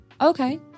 okay